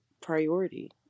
priority